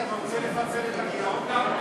גפני, אתה רוצה לפצל את הגירעון גם?